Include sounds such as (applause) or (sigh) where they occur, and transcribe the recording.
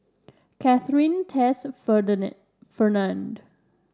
Katharyn Tess and (unintelligible) Fernand